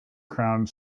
crowned